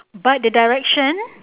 but the direction